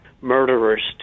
murderers